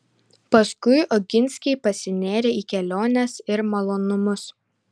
paskui oginskiai pasinėrė į keliones ir malonumus